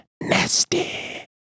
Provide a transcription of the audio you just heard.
Nasty